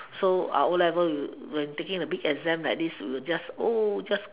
so our o-levels when taking a big exam like this we're just just